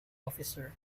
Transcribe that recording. officer